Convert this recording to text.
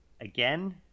again